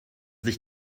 dich